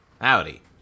Howdy